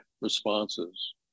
responses